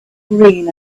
green